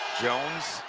jones,